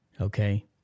Okay